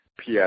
PS